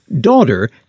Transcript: daughter